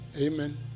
amen